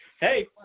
Hey